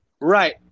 right